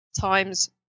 times –